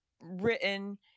written